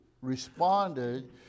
responded